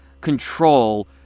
control